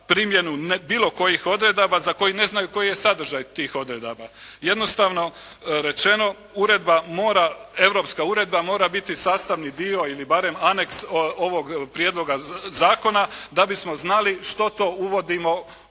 primjenu bilo kojih odredaba za koji ne znaju koji je sadržaj tih odredaba. Jednostavno rečeno, uredba mora, europska uredba mora biti sastavni dio ili barem aneks ovog prijedloga zakona da bismo znali što to uvodimo kao